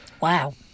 wow